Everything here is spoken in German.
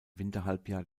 winterhalbjahr